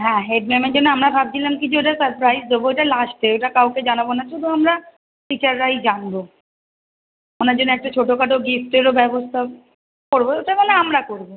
হ্যাঁ হেডম্যামের জন্য আমরা ভাবছিলাম কিছু একটা সারপ্রাইস দোবো ওইটা লাস্টে ওটা কাউকে জানাবো না শুধু আমরা টিচাররাই জানবো ওনার জন্য একটা ছোটো খাটো গিফ্টেরও ব্যবস্থা করবো ওটা মানে আমরা করবো